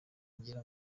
ngera